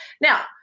now